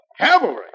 Cavalry